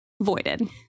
voided